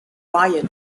riot